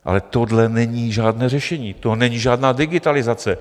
Ale tohle není žádné řešení, to není žádná digitalizace.